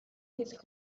his